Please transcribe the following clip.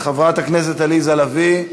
חברת הכנסת עליזה לביא,